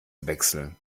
wechseln